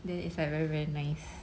then it's like very very nice